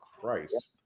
Christ